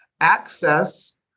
access